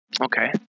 okay